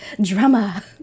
drama